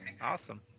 Awesome